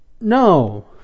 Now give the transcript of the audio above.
no